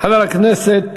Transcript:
חבר הכנסת